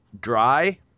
dry